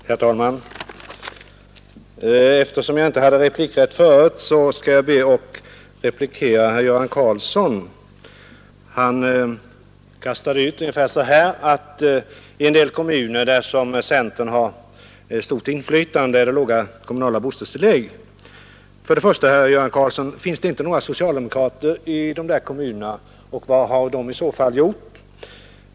Herr talman! Eftersom jag inte hade replikrätt förut skall jag be att få svara herr Göran Karlsson. Han sade att i en del kommuner där centern har stort inflytande är det låga kommunala bostadstillägg. Finns det inte några socialdemokrater i de kommunerna, herr Göran Karlsson, och vad har de i så fall gjort?